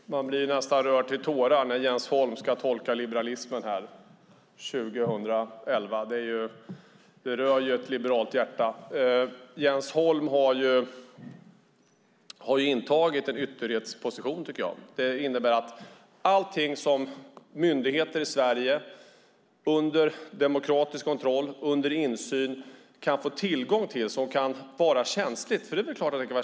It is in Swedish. Herr talman! Man blir nästan rörd till tårar när Jens Holm ska tolka liberalismen år 2011. Det rör ett liberalt hjärta. Jens Holm har intagit en ytterlighetsposition. Det gäller allting som myndigheter i Sverige under demokratisk kontroll och insyn kan få tillgång till och som kan vara känsligt.